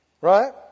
Right